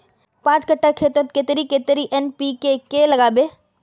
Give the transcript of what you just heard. पाँच कट्ठा खेतोत कतेरी कतेरी एन.पी.के के लागबे?